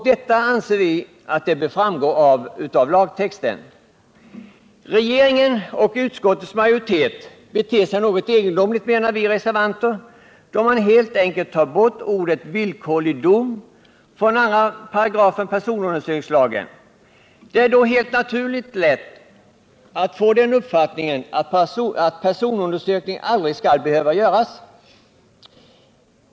Detta anser vi också bör framgå av lagtexten. Regeringen och utskottets majoritet beter sig något egendomligt, menar vi reservanter, då man helt enkelt tar bort orden ”villkorlig dom” från 2 § personundersökningslagen. Det är då, helt naturligt, lätt att få den uppfattningen att personundersökning aldrig skall behöva göras.